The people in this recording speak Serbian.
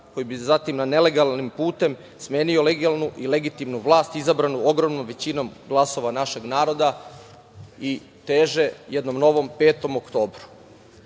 koji bi zatim nelegalnim putem smenio legalnu i legitimnu vlast, izabranu ogromnom većinom glasova našeg naroda i teže jednom novom 5. oktobru. Mogu